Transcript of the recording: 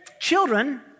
Children